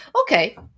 okay